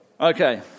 Okay